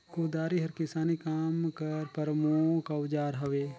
कुदारी हर किसानी काम कर परमुख अउजार हवे